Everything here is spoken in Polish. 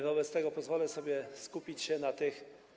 Wobec tego pozwolę sobie skupić się na tych.